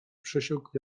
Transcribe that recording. przesiąkł